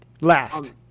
last